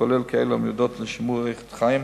כולל כאלה המיועדות לשמירת איכות חיים,